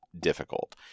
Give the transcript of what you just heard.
difficult